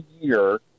year